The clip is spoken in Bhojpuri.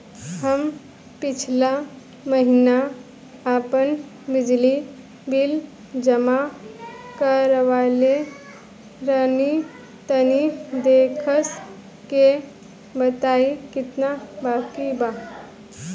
हम पिछला महीना आपन बिजली बिल जमा करवले रनि तनि देखऽ के बताईं केतना बाकि बा?